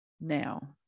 Now